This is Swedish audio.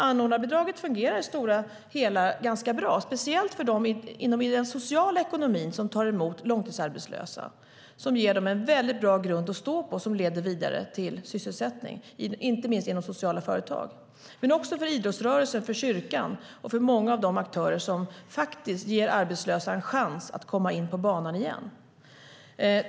Anordnarbidraget fungerar i det stora hela ganska bra, speciellt för dem i den sociala ekonomin som tar emot långtidsarbetslösa. Det ger dem en bra grund att stå på och leder vidare till sysselsättning, inte minst inom sociala företag. Det gäller också idrottsrörelsen, kyrkan och många av de aktörer som ger arbetslösa en chans att komma in på banan igen.